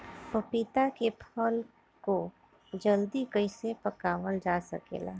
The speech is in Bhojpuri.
पपिता के फल को जल्दी कइसे पकावल जा सकेला?